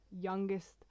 youngest